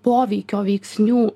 poveikio veiksnių